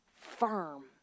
firm